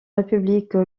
république